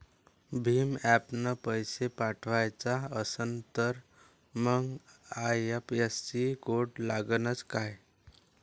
भीम ॲपनं पैसे पाठवायचा असन तर मंग आय.एफ.एस.सी कोड लागनच काय?